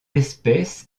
espèce